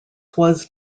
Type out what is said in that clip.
was